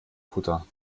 kutter